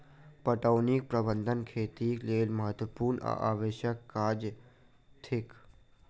पटौनीक प्रबंध खेतीक लेल महत्त्वपूर्ण आ आवश्यक काज थिक